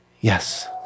yes